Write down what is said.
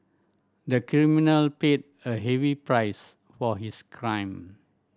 the criminal paid a heavy price for his crime